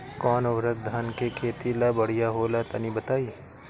कौन उर्वरक धान के खेती ला बढ़िया होला तनी बताई?